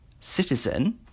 citizen